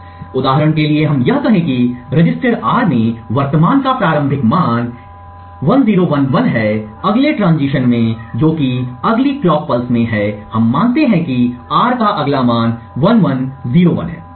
इसलिए उदाहरण के लिए हम यह कहें कि रजिस्टर R में वर्तमान का प्रारंभिक मान 1011 है अगले ट्रांजिशन में जो कि अगली क्लॉक पल्स में है हम मानते हैं कि R का अगला मान 1101 है